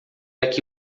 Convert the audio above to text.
aqui